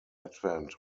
advent